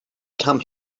come